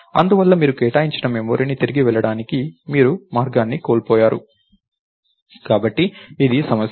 అందువల్ల మీరు కేటాయించిన మెమరీకి తిరిగి వెళ్లడానికి మీరు మార్గాన్ని కోల్పోయారు కాబట్టి ఇది సమస్య